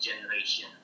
generation